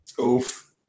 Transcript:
Oof